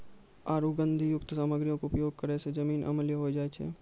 आरु गंधकयुक्त सामग्रीयो के उपयोग करै से जमीन अम्लीय होय जाय छै